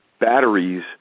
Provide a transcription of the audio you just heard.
batteries